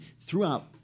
throughout